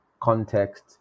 context